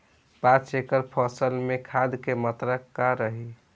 पाँच एकड़ फसल में खाद के मात्रा का रही?